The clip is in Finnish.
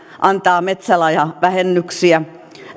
antaa metsälahjavähennyksiä